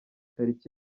tariki